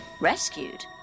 Rescued